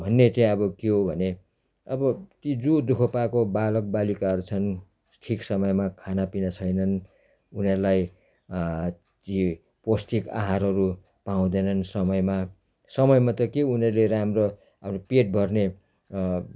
भन्ने चाहिँ अब के हो भने अब ती जो दु ख पाएको बालक बालिकाहरू छन् ठिक समयमा खानपिना छैनन् उनीहरूलाई ती पौष्टिक आहारहरू पाउँदैनन् समयमा समयमा त के उनीहरूले राम्रो अब पेट भर्ने